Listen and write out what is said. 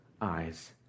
eyes